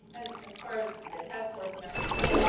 far as the task force members go,